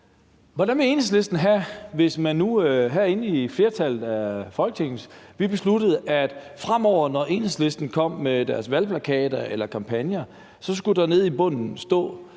hvordan Enhedslisten ville have det, hvis man nu herinde i flertallet af Folketinget besluttede, at der fremover, når Enhedslisten kom med deres valgplakater eller kampagner, nede i bunden